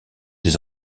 des